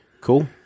cool